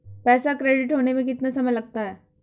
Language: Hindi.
पैसा क्रेडिट होने में कितना समय लगता है?